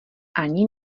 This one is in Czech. ani